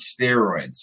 steroids